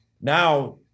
Now